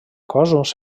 cos